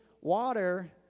water